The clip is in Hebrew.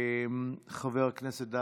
חבר הכנסת דוידסון,